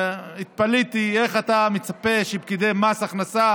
והתפלאתי איך אתה מצפה שפקידי מס הכנסה